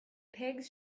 pigs